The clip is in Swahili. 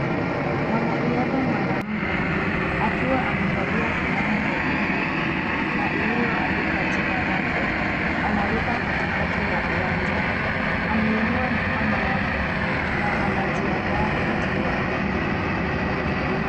Mwanariadha mwanaume akiwa amevalia fulana nyekundu na iliyo andkwa jina lake anaruka katikati ya uwanja ameinua mikono yake na anajiandaa kutua.